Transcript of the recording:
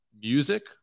music